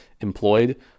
employed